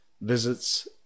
visits